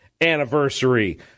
anniversary